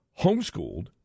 homeschooled